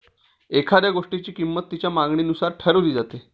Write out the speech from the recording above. एखाद्या गोष्टीची किंमत तिच्या मागणीनुसार ठरवली जाते